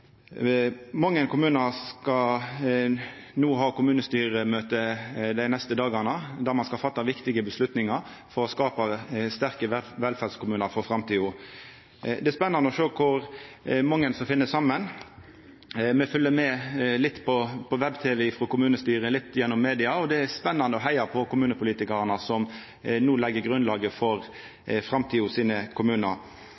Mange kommunar skal no ha kommunestyremøte dei neste dagane, der ein skal ta viktige avgjerder for å skapa sterke velferdskommunar for framtida. Det er spennande å sjå kor mange som finn saman. Me følgjer med på kommunestyra, litt på web-tv og litt gjennom media, og det er spennande å heia på kommunepolitikarane som no legg grunnlaget